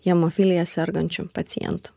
hemofilija sergančių pacientų